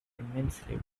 immensely